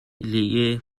liée